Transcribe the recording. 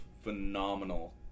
phenomenal